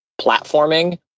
platforming